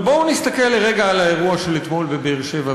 אבל בואו נסתכל לרגע על האירוע של אתמול בבאר-שבע,